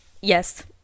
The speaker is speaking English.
Yes